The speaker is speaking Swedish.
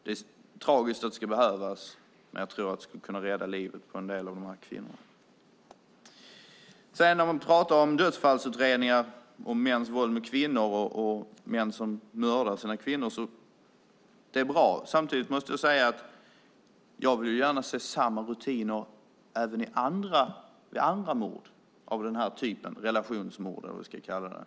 Det är tragiskt att det ska behövas, men jag tror att det skulle kunna rädda livet på en del av de här kvinnorna. Man pratar om dödsfallsutredningar, mäns våld mot kvinnor och män som mördar sina kvinnor, och det är bra. Men samtidigt måste jag säga att jag gärna vill se samma rutiner även vid andra mord av den här typen, relationsmord eller vad vi ska kalla dem.